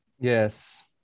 yes